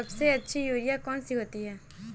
सबसे अच्छी यूरिया कौन सी होती है?